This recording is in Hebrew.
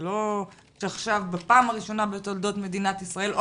זה לא שעכשיו בפעם הראשונה בתולדות מדינת ישראל או